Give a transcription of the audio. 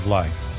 life